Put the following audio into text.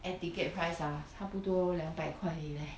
air ticket price ah 差不多两百块而已 leh